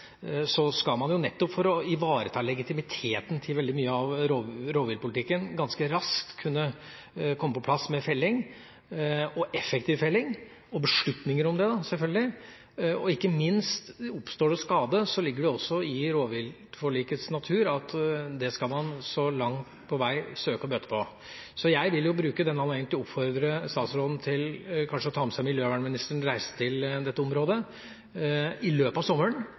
skal man, nettopp for å ivareta legitimiteten til veldig mye av rovviltpolitikken, ganske raskt kunne få på plass effektiv felling, og selvfølgelig beslutning om dette. Og ikke minst: Oppstår det skade, ligger det i rovdyrforlikets natur at man langt på vei skal søke å bøte på det. Så jeg vil bruke anledningen til å oppfordre statsråden til kanskje å ta med seg miljøministeren, reise til dette området i løpet av sommeren